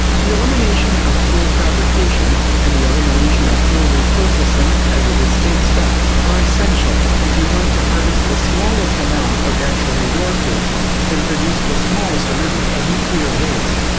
the elimination of fuel fabrication, and the elimination of fuel reprocessing, as a distinct step, are essential if you want to harvest the smallest amount of natural resources and produce the smallest amount of nuclear waste.